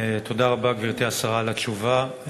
תודה רבה, גברתי השרה, על התשובה.